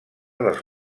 dels